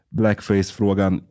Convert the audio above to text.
blackface-frågan